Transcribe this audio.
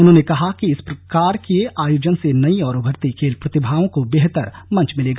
उन्होंने कहा कि इस प्रकार के आयोजन से नई और उभरती खेल प्रतिभाओं को बेहतर मंच मिलेगा